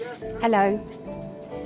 Hello